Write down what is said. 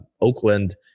Oakland